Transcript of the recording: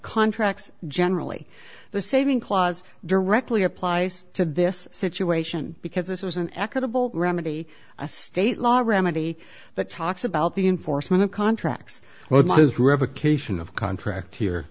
contracts generally the saving clause directly applies to this situation because this was an equitable remedy a state law remedy that talks about the enforcement of contracts well there's revocation of contract here